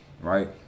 right